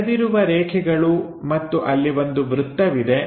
ಬೆಳೆದಿರುವ ರೇಖೆಗಳು ಮತ್ತು ಅಲ್ಲಿ ಒಂದು ವೃತ್ತವಿದೆ